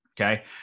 okay